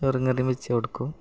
ചോറും കറിയും വെച്ചു കൊടുക്കും